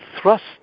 thrust